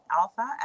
Alpha